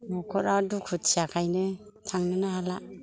न'खरा दुखुथिया खायनो थांनोनो हाला